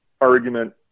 argument